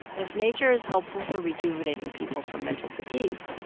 if nature is helpful for rejuvenating people from mental fatigue,